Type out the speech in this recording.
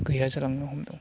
गैया जालांनो हमदों